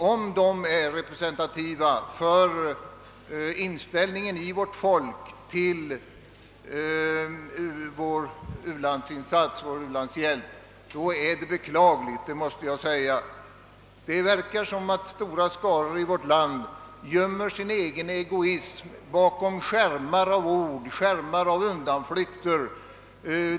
Om det som skrivits i dessa är den representativa inställningen hos vårt folk till den svenska u-landshjälpen, vore det beklagligt. Det verkar som om stora skaror av människor i vårt land gömmer sin egen egoism bakom skärmar av ord och undanflykter.